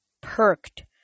Perked